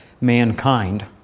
mankind